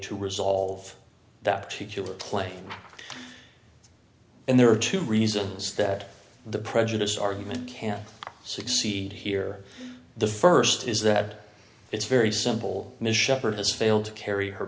to resolve that particular play and there are two reasons that the prejudice argument can succeed here the st is that it's very simple michelle has failed to carry her